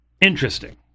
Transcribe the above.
Interesting